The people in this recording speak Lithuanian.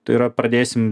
tai yra pradėsim